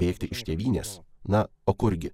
bėgti iš tėvynės na o kurgi